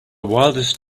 wildest